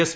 S